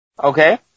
Okay